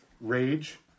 rage